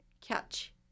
catch